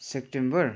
September